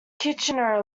kitchener